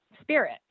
spirit